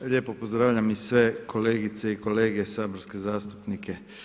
Lijepo pozdravljam i sve kolegice i kolege saborske zastupnike.